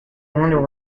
wonder